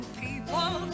people